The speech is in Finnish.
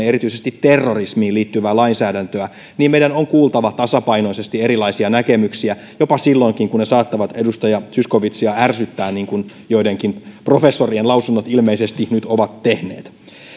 erityisesti terrorismiin liittyvää lainsäädäntöä niin meidän on kuultava tasapainoisesti erilaisia näkemyksiä jopa silloinkin kun ne saattavat edustaja zyskowiczia ärsyttää niin kuin joidenkin professorien lausunnot ilmeisesti nyt ovat tehneet